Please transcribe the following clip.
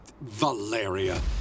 Valeria